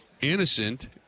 innocent